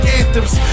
anthems